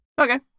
Okay